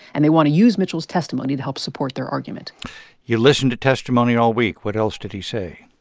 and they want to use mitchell's testimony to help support their argument you listened to testimony all week. what else did he say?